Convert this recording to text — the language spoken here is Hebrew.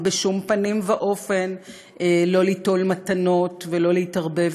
ובשום פנים ואופן לא ליטול מתנות ולא להתערבב